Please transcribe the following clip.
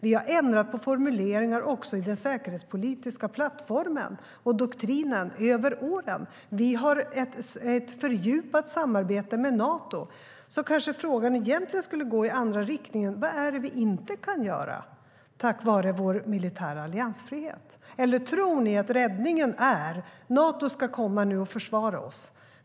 Vi har ändrat på formuleringar också i den säkerhetspolitiska plattformen och doktrinen över åren. Vi har ett fördjupat samarbete med Nato. kan göra tack vare vår militära alliansfrihet? Eller tror ni att räddningen är att Nato nu ska komma och försvara oss?